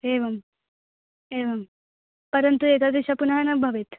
एवम् एवं परन्तु एतादृशं पुनः न भवेत्